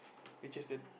which is the